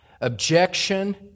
objection